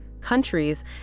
countries